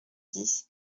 dix